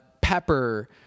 pepper